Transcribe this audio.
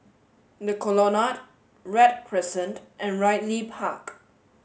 the Colonnade Read Crescent and Ridley Park